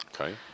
Okay